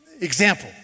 Example